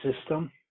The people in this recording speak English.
system